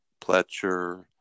Pletcher